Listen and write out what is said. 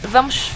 Vamos